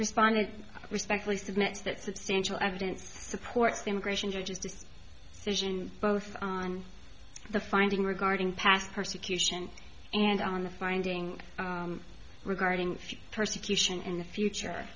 responded respectfully submit that substantial evidence supports the immigration judges decide both on the finding regarding past persecution and on the finding regarding persecution in the future